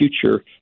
future